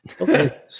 okay